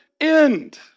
end